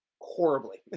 horribly